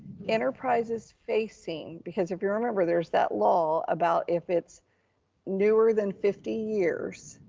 enterprise is facing, because if you remember, there's that law about, if it's newer than fifty years,